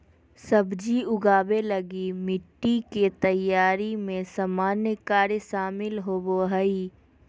सब्जी उगाबे लगी मिटटी के तैयारी में सामान्य कार्य शामिल होबो हइ